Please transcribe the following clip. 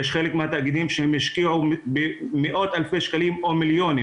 חלק מהתאגידים השקיעו מאות אלפי שקלים או מיליונים